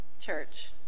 church